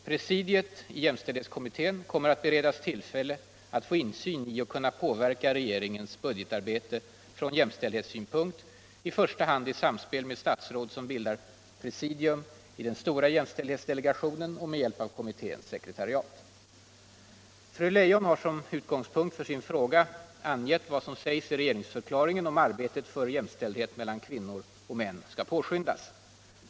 Presidiet i jämställdhetskommittén kommer att beredas tillfälle att få insyn i och kunna påverka regeringens budgetarbete från jämställdhetssynpunkt, i första hand i samspel med statsråd som bildar presidium i stora jämställdhetsdelegationen och med hjälp av kommitténs sekretariat. Fru Leijon har som utgångspunkt för sin fråga angett vad som sägs i regeringsförklaringen om att arbetet för jämställdhet mellan kvinnor och män skall påskyndas.